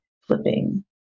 flipping